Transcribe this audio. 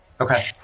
Okay